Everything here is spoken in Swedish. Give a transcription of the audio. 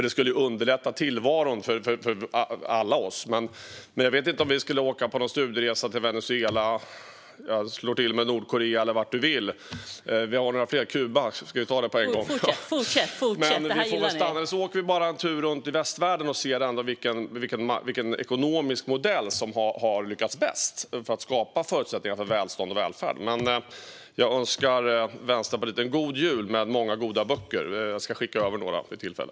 Det skulle underlätta tillvaron för alla oss. Vi kanske skulle åka på studieresa till Venezuela? Jag slår till med Nordkorea också. Vi har några fler - ska vi ta Kuba på en gång? Sedan åker vi en tur runt i västvärlden och ser vilken ekonomisk modell som har lyckats bäst med att skapa förutsättningar för välstånd och välfärd. Jag önskar Vänsterpartiet en god jul med många goda böcker. Jag ska skicka över några vid tillfälle.